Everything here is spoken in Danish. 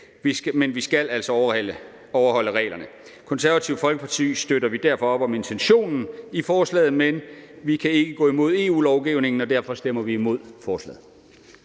men vi skal altså overholde reglerne. I Det Konservative Folkeparti støtter vi derfor op om intentionen i forslaget, men vi kan ikke gå imod EU-lovgivningen, og derfor stemmer vi imod forslaget.